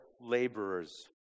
laborers